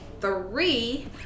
three